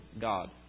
God